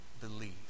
Believe